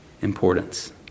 importance